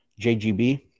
jgb